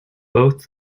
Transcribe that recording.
both